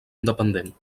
independent